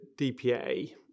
DPA